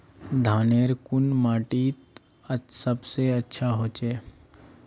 धानेर कुन माटित सबसे अच्छा होचे?